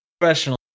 professional